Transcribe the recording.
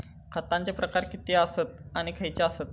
खतांचे प्रकार किती आसत आणि खैचे आसत?